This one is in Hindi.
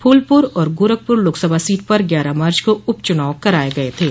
फूलपुर और गोरखपुर लोकसभा सीट पर ग्यारह मार्च को उप चुनाव कराये गये थे